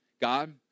God